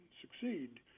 succeed